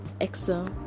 exo